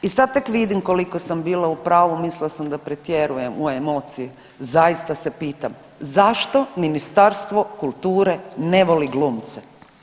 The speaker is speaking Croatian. I sad tek vidim koliko sam bila u pravu, mislila sam da pretjerujem u emociji, zaista se pitam zašto Ministarstvo kulture ne voli glumce?